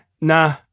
nah